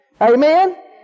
Amen